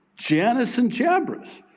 jannes and jambres.